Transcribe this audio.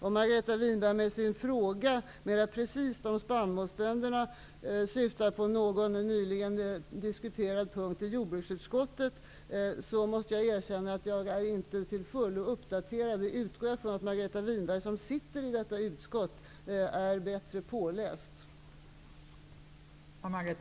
Om Margareta Winberg med sin fråga om spannmålsbönderna mer precist syftar på någon nyligen diskuterad punkt i jordbruksutskottet, måste jag erkänna att jag inte till fullo är uppdaterad. Men jag utgår från att Margareta Winberg som ingår i detta utskott är bättre påläst.